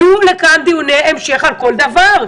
יהיו כאן דיוני המשך על כל דבר.